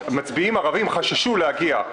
שמצביעים ערבים חששו להגיע.